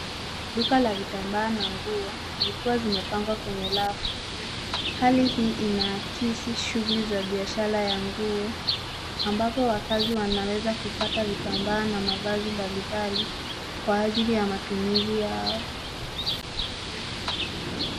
Duka la vitambaa na nguo, zikiwa zimepangwa kwenye rafu, hali hii inaakisi shughuli za biashara ya nguo, ambapo wakaazi wanaweza kupata vitambaa na mavazi mbalimbali, kwa ajili ya matumizi yao.